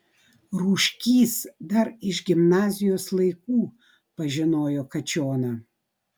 rūškys dar iš gimnazijos laikų pažinojo kačioną